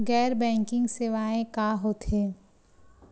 गैर बैंकिंग सेवाएं का होथे?